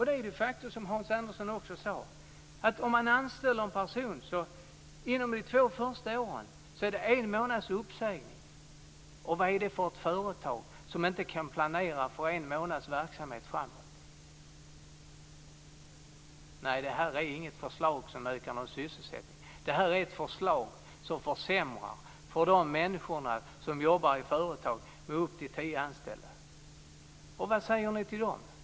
Det är de facto också så, som hans Andersson sade, att när man anställer en person är det inom de två första åren en månads uppsägning. Vad är det för företag som inte kan planera för en månads verksamhet framåt? Nej, det här är inget förslag som ökar sysselsättningen. Det är ett förslag som försämrar för de människor som jobbar i företag med upp till tio anställda. Vad säger ni till dem?